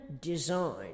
design